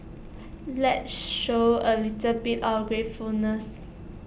let's show A little bit of gratefulness